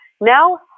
Now